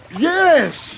Yes